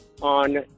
on